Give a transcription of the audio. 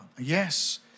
Yes